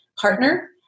partner